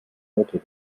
heute